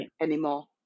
anymore